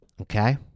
Okay